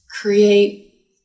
create